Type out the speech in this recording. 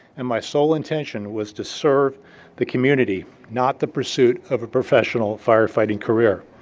and my soul intention was to serve the community, not the pursuit of a professional firefighting career.